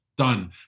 Done